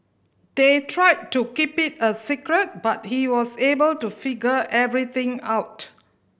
they tried to keep it a secret but he was able to figure everything out